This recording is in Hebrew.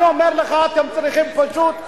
אני אומר לך, אתם צריכים פשוט להתבייש,